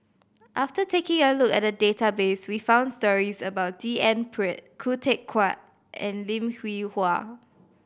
after taking a look at the database we found stories about D N Pritt Khoo Teck Puat and Lim Hwee Hua